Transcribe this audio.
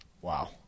Wow